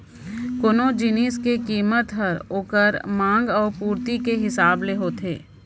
कोनो जिनिस के कीमत हर ओकर मांग अउ पुरती के हिसाब ले होथे